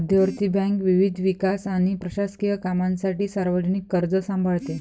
मध्यवर्ती बँक विविध विकास आणि प्रशासकीय कामांसाठी सार्वजनिक कर्ज सांभाळते